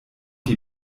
die